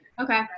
Okay